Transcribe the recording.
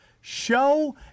show